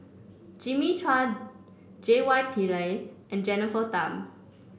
Jimmy Chua J Y Pillay and Jennifer Tham